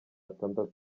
atandatu